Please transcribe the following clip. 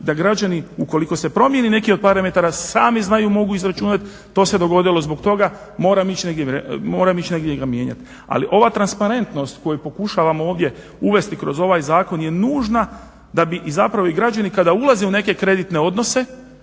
način ukoliko se promijeni neki od parametara sami znaju i mogu izračunati to se dogodilo zbog toga moram ići negdje ga mijenjati. Ali ova transparentnost koju pokušavamo ovdje uvesti kroz ovaj zakon je nužna da bi zapravo i građani kada ulaze u neke kreditne odnose